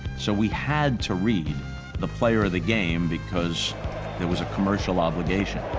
so we had to read the player of the game because there was a commercial obligation.